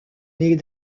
nez